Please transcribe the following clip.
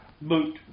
boot